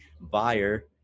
buyer